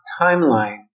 timeline